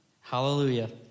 Hallelujah